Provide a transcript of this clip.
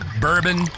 bourbon